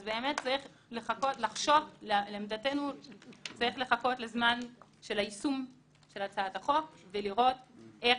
אז באמת לחכות לזמן היישום של הצעת החוק ולראות איך